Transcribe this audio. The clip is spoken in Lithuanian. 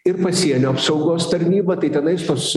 ir pasienio apsaugos tarnyba tai tenais tos